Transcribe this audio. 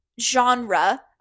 genre